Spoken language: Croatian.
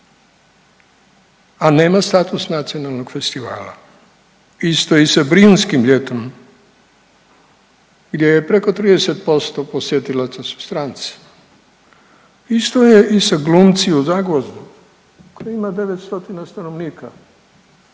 a nema status nacionalnog festivala. Isto je i sa „Brinjskim ljetom“ gdje je preko 30% posjetilaca su stranci, isto je i sa „Glumci u Zagvozdu“ koji ima 9 stotina